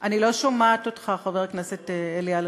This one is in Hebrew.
אני לא שומעת אותך, חבר הכנסת אלי אלאלוף.